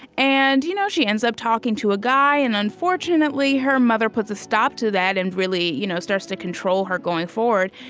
and you know she ends up talking to a guy, and unfortunately, her mother puts a stop to that and really you know starts to control her, going forward.